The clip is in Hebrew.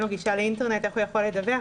לו גישה לאינטרנט ואיך הוא יכול לדווח.